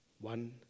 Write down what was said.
one